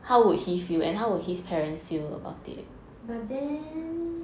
but then